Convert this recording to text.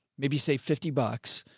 maybe say fifty bucks.